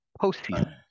postseason